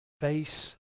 face